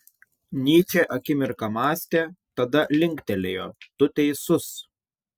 nyčė akimirką mąstė tada linktelėjo tu teisus